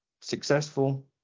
successful